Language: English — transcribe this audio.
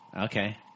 okay